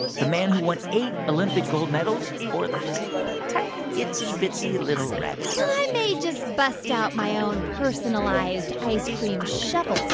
the man who won eight olympic gold medals or the teeny, tiny, itsy, bitsy, little rabbit? well, so i may just bust out my own personalized ice cream shovel,